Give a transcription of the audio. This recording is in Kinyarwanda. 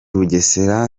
bugesera